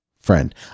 friend